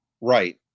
Right